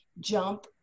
jump